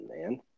man